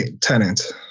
tenant